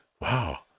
Wow